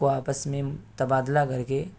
کو آپس میں تبادلہ کر کے